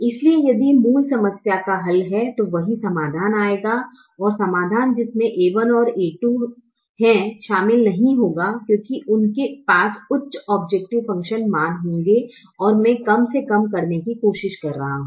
इसलिए यदि मूल समस्या का हल है तो वही समाधान आएगा और समाधान जिसमे a1 और a2 है शामिल नहीं होगा क्योंकि उनके पास उच्च औब्जैकटिव फंकशन मान होंगे और मैं कम से कम करने की कोशिश कर रहा हूं